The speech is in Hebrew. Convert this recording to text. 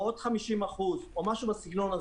או עוד 50% או משהו בסגנון.